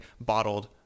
bottled